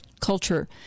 culture